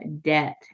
debt